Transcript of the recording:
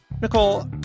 Nicole